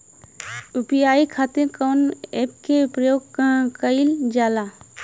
UPI खातीर कवन ऐपके प्रयोग कइलजाला?